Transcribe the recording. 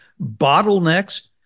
bottlenecks